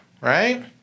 right